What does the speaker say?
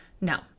No